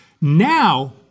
Now